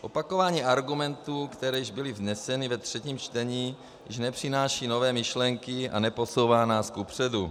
Opakování argumentů, které byly již vzneseny ve třetím čtení, již nepřináší nové myšlenky a neposouvá nás kupředu.